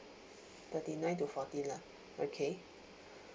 thirty nine to forty lah okay